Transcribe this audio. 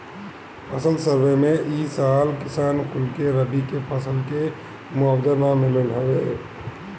फसल सर्वे में ए साल किसान कुल के रबी के फसल के मुआवजा ना मिलल हवे